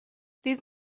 these